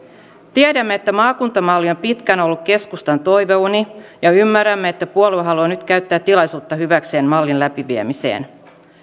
tiedämme että maakuntamalli on pitkään ollut keskustan toiveuni ja ymmärrämme että puolue haluaa nyt käyttää tilaisuutta hyväkseen mallin läpiviemiseen